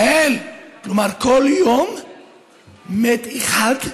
יעל, כלומר בכל יום מת אחד,